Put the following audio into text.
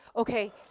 Okay